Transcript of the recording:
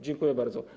Dziękuję bardzo.